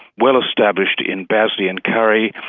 well established in bazley and curry,